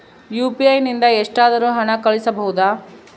UPI ನಿಂದ ಎಷ್ಟಾದರೂ ಹಣ ಕಳಿಸಬಹುದಾ?